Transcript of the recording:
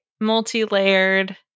multi-layered